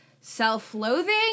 self-loathing